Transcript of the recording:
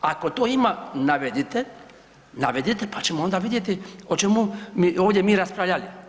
Ako to ima navedite, navedite pa ćemo onda vidjeti o čemu bi ovdje mi raspravljali.